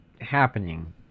happening